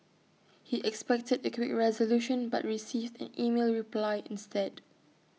he expected A quick resolution but received an email reply instead